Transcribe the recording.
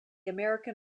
american